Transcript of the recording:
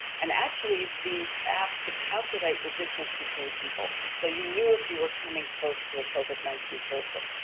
and actually these apps could calculate the distance between people. so, you knew if you were coming close to a covid nineteen person.